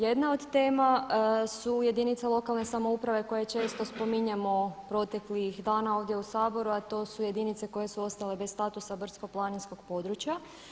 Jedna od tema su jedinice lokalne samouprave koje često spominjemo proteklih dana ovdje u Saboru, a to su jedinice koje su ostale bez statusa brdsko-planinskog područja.